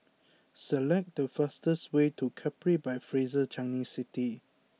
select the fastest way to Capri by Fraser Changi City